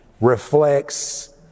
reflects